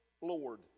Lord